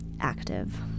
active